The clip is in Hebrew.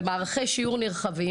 במערכי שיעור נרחבים,